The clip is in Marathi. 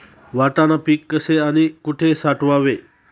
वाटाणा पीक कसे आणि कुठे साठवावे?